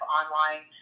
online